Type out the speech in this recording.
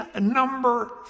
number